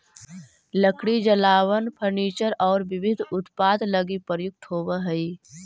लकड़ी जलावन, फर्नीचर औउर विविध उत्पाद लगी प्रयुक्त होवऽ हई